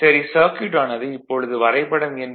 சரி சர்க்யூட்டானது இப்பொழுது வரைபடம் எண்